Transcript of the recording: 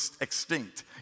extinct